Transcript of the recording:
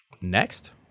Next